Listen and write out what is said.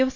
F